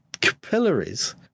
capillaries